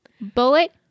bullet